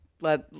let